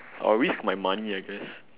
I will risk my money I guess